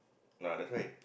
no ah that's why